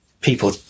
people